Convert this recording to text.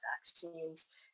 vaccines